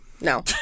No